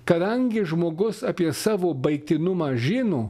kadangi žmogus apie savo baigtinumą žino